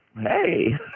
Hey